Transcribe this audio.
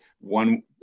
one